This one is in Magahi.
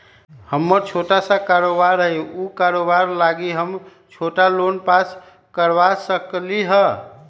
हमर छोटा सा कारोबार है उ कारोबार लागी हम छोटा लोन पास करवा सकली ह?